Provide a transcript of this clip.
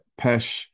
Pesh